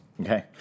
Okay